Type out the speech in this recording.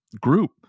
group